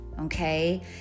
Okay